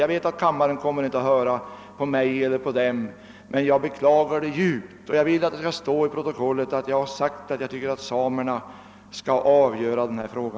Jag vet att kammaren inte kommer att höra på vare sig mig eller samerna, men jag beklagar detta djupt, och jag vill att det skall stå i protokollet att jag har sagt, att jag tycker att det är samerna som skall avgöra denna fråga.